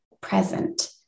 present